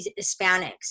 Hispanics